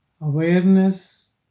Awareness